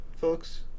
folks